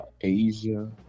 Asia